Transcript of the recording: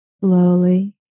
slowly